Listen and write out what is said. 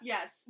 Yes